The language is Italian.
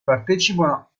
partecipano